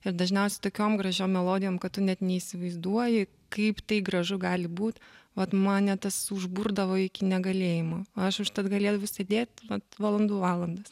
ir dažniausiai tokiom gražiom melodijom kad tu net neįsivaizduoji kaip tai gražu gali būt vat mane tas užburdavo iki negalėjimo aš užtat galėdavau sėdėt valandų valandas